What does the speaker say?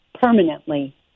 permanently